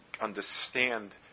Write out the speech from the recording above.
understand